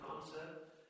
concept